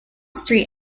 street